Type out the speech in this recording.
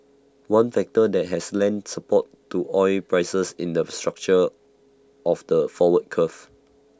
one factor that has lent support to oil prices in the structure of the forward curve